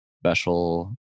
special